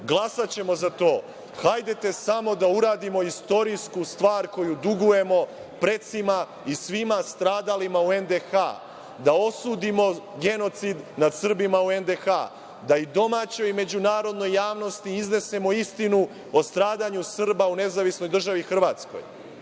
glasaćemo za to. Hajdete samo da uradimo istorijsku stvar koju dugujemo precima i svima stradalima u NDH, da osudimo genocid nad Srbima u NDH, da i domaćoj i međunarodnoj javnosti iznesemo istinu o stradanju Srba u NDH. Hoćete da to